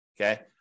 Okay